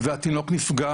והתינוק נפגע